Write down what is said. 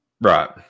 Right